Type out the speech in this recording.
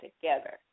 together